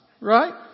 Right